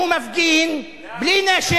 להפגין, ללא אלימות.